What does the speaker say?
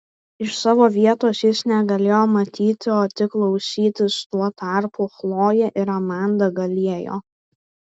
iš savo vietos jis negalėjo matyti o tik klausytis tuo tarpu chlojė ir amanda galėjo